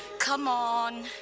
come on.